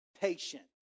patient